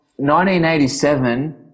1987